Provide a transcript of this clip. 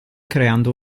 creando